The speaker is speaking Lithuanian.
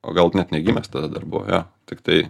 o gal net negimęs tada dar buvo jo tiktai